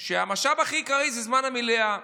המשאב העיקרי זה זמן המליאה,